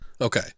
Okay